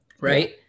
Right